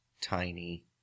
tiny